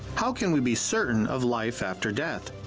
how can we be certain of life after death?